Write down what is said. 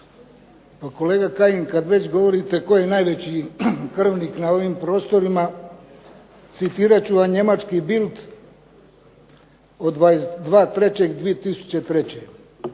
Pa kolega Kajin kad već govorite tko je najveći krvnik na ovim prostorima citirat ću vam njemački BILD od 22.03.2003.,